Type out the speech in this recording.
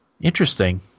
interesting